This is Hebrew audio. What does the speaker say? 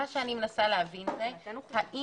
מה שאני מנסה להבין זה את התהליך.